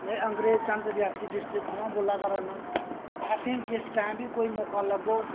में अंग्रेज चंद जी रियासी डिस्ट्रिक्ट थमां बोल्ला करना असें जिस टाइम बी कोई मौका लग्गग